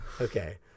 Okay